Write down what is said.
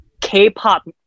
K-pop